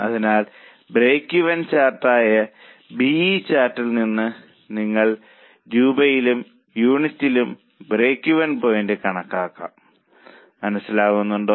അതിനാൽ break even ചാർട്ടായ B E ചാർട്ടിൽ നിന്ന് നിങ്ങൾക്ക് രൂപയിലും യൂണിറ്റിലുമുള്ള ബ്രേക്ക് ഇവൻ കണക്കാക്കാം മനസ്സിലാകുന്നുണ്ടോ